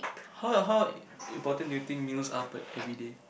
how how important do you think news are per everyday